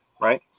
Right